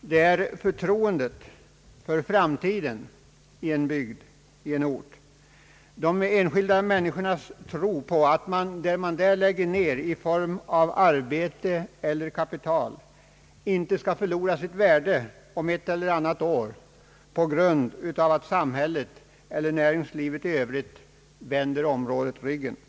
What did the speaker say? den tilltro man i en bygd, i en ort hyser till framtiden, de enskilda människornas tro på att vad man lägger ned i form av arbete eller kapital inte skall förlora sitt värde om ett eller annat år på grund av att samhället eller näringslivet i övrigt vänder området ryggen.